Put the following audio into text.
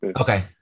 okay